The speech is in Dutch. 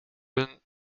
een